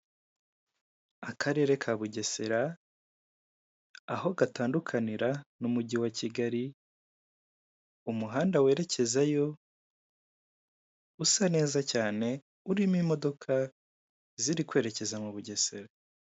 Akarere ka Bugesera aho gatandukanira n'umujyi wa Kigali, umuhanda werekezayo usa neza cyane urimo imodoka zirikwerekeza mu ubugesera.